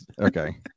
Okay